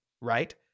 right